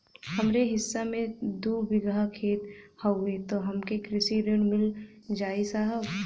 हमरे हिस्सा मे दू बिगहा खेत हउए त हमके कृषि ऋण मिल जाई साहब?